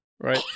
Right